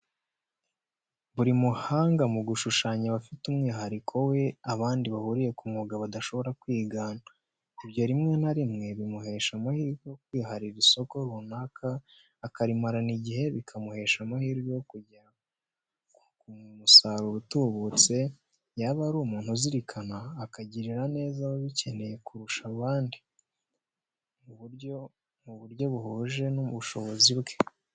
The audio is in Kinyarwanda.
Buri muhanga mu gushushanya aba afite umwihariko we abandi bahuriye ku mwuga badashobora kwigana, ibyo rimwe na rimwe bimuhesha amahirwe yo kwiharira isoko runaka akarimarana igihe, bikamuhesha amahirwe yo kugera ku musaruro utubutse, yaba ari umuntu uzirikana, akagirira neza ababikeneye kurusha abandi, mu buryo buhuje n'ubushobozi bwe.